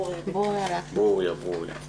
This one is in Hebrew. ברוריה לקנר.